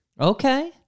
okay